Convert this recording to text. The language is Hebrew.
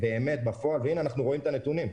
אנחנו רואים את הנתונים,